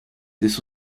this